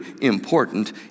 important